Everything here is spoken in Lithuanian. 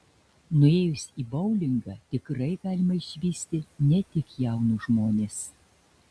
nuėjus į boulingą tikrai galima išvysti ne tik jaunus žmones